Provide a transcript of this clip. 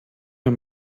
mir